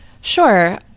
Sure